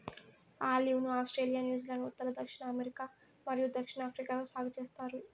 olive ను Australia, New Zealand, ఉత్తర మరియు దక్షిణ అమెరికా మరియు దక్షిణాఫ్రికాలో సాగు చేస్తారు